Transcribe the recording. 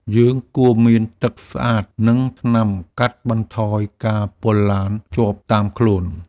យើងគួរមានទឹកស្អាត និងថ្នាំកាត់បន្ថយការពុលឡានជាប់តាមខ្លួន។